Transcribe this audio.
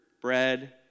bread